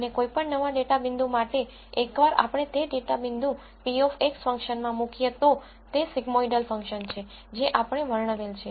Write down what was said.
અને કોઈપણ નવા ડેટા પોઇન્ટ માટે એકવાર આપણે તે data point p of x ફંક્શનમાં મુકીએ તો તે સિગ્મોઈડલ ફંક્શન છે જે આપણે વર્ણવેલ છે